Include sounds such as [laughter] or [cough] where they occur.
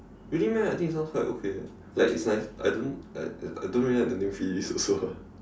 really meh I think this one quite okay eh like it's nice I don't I I I don't really like the name Felice also lah [laughs]